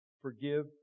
forgive